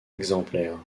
exemplaires